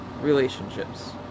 relationships